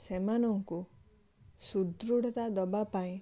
ସେମାନଙ୍କୁ ସୁଦୃଢ଼ତା ଦବାପାଇଁ